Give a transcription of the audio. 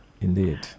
Indeed